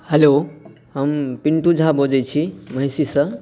hello हम पिन्टु झा बजै छी मेहिषीसँ